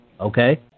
Okay